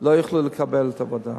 לא יוכלו לקבל את העבודה.